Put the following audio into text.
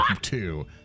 two